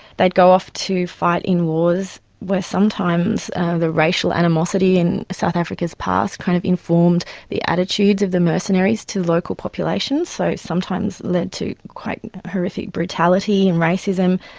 they'd go off to fight in wars where sometimes the racial animosity in south africa's past kind of informed the attitudes of the mercenaries to local populations, so sometimes led to quite horrific brutality and racism.